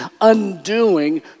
undoing